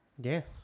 Yes